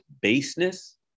baseness